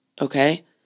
okay